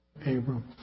Abram